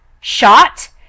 Shot